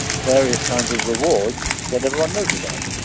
various kinds of rewards that everyone knows about,